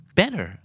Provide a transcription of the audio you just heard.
better